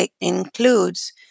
includes